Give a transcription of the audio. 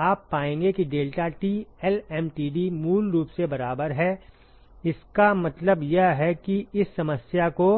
आप पाएंगे कि deltaT lmtd मूल रूप से बराबर है इसका मतलब यह है कि इस समस्या को